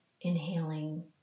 Inhaling